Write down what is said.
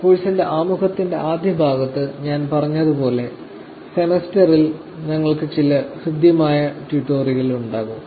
കോഴ്സിന്റെ ആമുഖത്തിന്റെ ആദ്യ ഭാഗത്ത് ഞാൻ പറഞ്ഞതുപോലെ സെമസ്റ്ററിൽ ഞങ്ങൾക്ക് ചില ഹൃദ്യമായ ട്യൂട്ടോറിയലുകൾ ഉണ്ടാകും